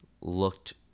looked